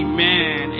Amen